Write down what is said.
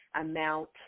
amount